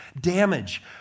damage